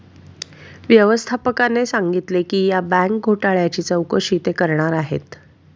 व्यवस्थापकाने सांगितले की या बँक घोटाळ्याची चौकशी ते करणार आहेत